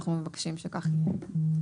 ואנחנו מבקשים שכך יהיה.